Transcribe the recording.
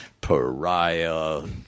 pariah –